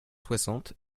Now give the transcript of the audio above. soixante